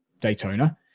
Daytona